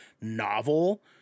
novel